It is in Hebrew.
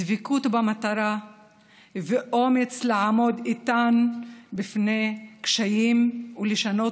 דבקות במטרה ואומץ לעמוד איתן בפני קשיים ולשנות